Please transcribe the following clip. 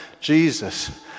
Jesus